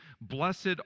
Blessed